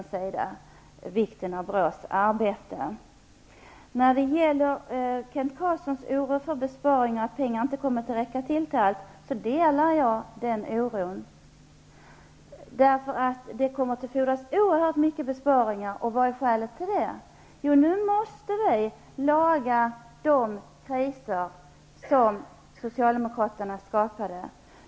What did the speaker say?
Jag delar Kent Carlssons oro för att pengarna till följd av besparingarna inte kommer att räcka till allt. Det kommer att fordras oerhört stora besparingar, och vad är skälet till dessa? Jo, nu måste vi komma till rätta med de kriser som Socialdemokraterna skapade.